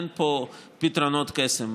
אין פה פתרונות קסם.